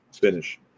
finish